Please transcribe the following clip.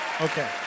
Okay